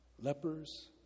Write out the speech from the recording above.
lepers